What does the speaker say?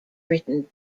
written